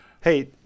Hey